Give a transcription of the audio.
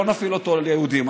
לא נפעיל אותו על יהודים.